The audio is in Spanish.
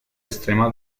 extrema